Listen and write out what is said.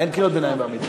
אין קריאות ביניים בעמידה.